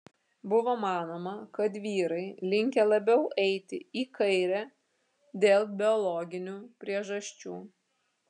buvo manoma kad vyrai linkę labiau eiti į kairę dėl biologinių priežasčių